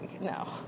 No